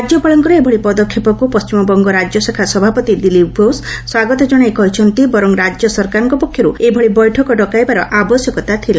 ରାଜ୍ୟପାଳଙ୍କ ଏଭଳି ପଦକ୍ଷେପକୁ ପଣ୍ଟିମବଙ୍ଗ ରାଜ୍ୟଶାଖା ସଭାପତି ଦିଲ୍ଲୀପ ଘୋଷ ସ୍ୱାଗତ କଣାଇ କହିଛନ୍ତି ବରଂ ରାଜ୍ୟ ସରକାରଙ୍କ ପକ୍ଷରୁ ଏଭଳି ବୈଠକ ଡକାଇବାର ଆବଶ୍ୟକତା ନଥିଲା